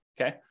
Okay